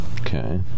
Okay